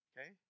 Okay